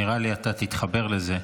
נראה לי שאתה תתחבר לזה: